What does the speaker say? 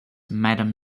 madam